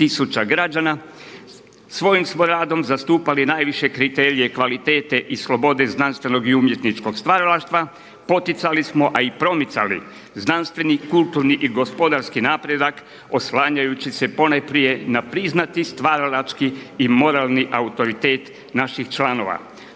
Svojim smo radom zastupali najviše kriterije kvalitete i slobode znanstvenog i umjetničkog stvaralaštva, poticali smo a i promicali znanstveni, kulturni i gospodarski napredak oslanjajući se ponajprije na priznati stvaralački i moralni autoritet naših članova.